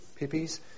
pippies